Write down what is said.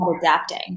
adapting